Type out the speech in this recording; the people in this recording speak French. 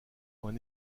point